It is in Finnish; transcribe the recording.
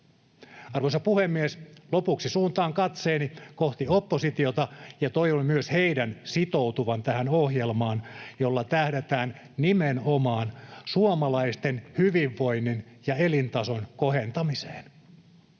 Arvoisa puhemies! Lopuksi suuntaan katseeni kohti oppositiota, ja toivon myös heidän sitoutuvan tähän ohjelmaan, jolla tähdätään nimenomaan suomalaisten hyvinvoinnin ja elintason kohentamiseen.